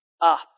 up